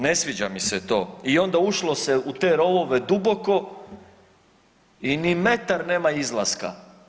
Ne sviđa mi se to i onda ušlo se u te rovove duboko i ni metar nema izlaska.